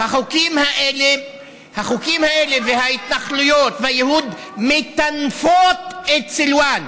החוקים האלה וההתנחלויות והייהוד מטנפים את סלוואן.